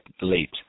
late